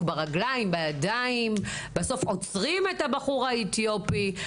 בידיים וברגליים ובסוף עוצרים את הבחור האתיופי,